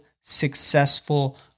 successful